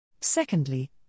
Secondly